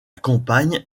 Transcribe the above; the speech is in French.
compagne